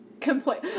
complain